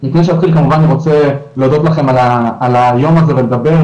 לפני שאתחיל אני רוצה בכלל להודות לכם על היום הזה בשם